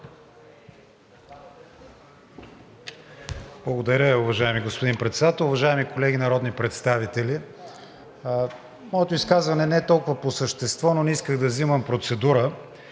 Благодаря, уважаеми господин Председател. Уважаеми колеги народни представители! Моето изказване не е толкова по същество, но не исках да взимам процедура.